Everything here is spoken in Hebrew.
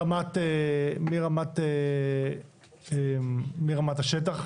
מרמת השטח,